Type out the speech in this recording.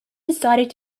decided